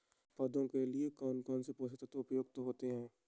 पौधे के लिए कौन कौन से पोषक तत्व उपयुक्त होते हैं?